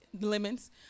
lemons